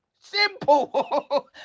Simple